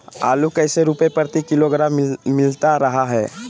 आलू कैसे रुपए प्रति किलोग्राम मिलता रहा है?